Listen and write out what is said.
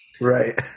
right